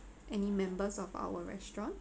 any members of our restaurant